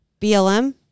blm